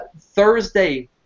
Thursday